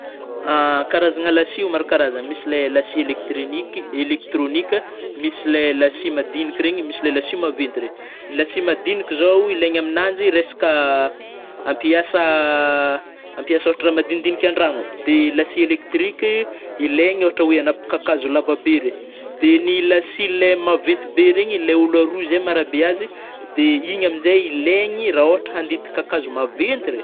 Karazagna lasy o maro karazagny, misy le lasy elektrinik-elektronika misy le lasy le madiniky reny misy le lasy maventy regny, lasy madiniky zao ilaigny amnajy resaka ampiasa - ampiasa ôhatra rah madinidinika an-drano de lasy éléctrique ilaigny ôhatra oe anapka kakazo lavabe regny de ny lasy le maventy be regny le olo aroa zegny zay mah'rabe azy de igny amnjay ilaigny ra ôhatra handidy kakazo maventy regny.